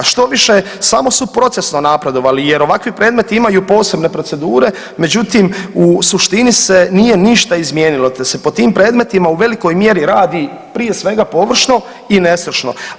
Štoviše samo su procesno napredovali jer ovakvi predmeti imaju posebne procedure, međutim u suštini se nije ništa izmijenilo te se po tim predmetima u velikoj mjeri radi prije svega površno i nestručno.